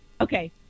Okay